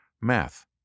math